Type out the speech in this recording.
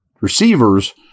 receivers